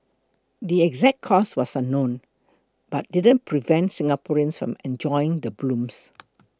the exact cause was unknown but didn't prevent Singaporeans from enjoying the blooms